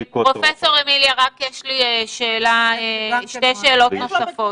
פרופ' אמיליה, יש לי שתי שאלות נוספות.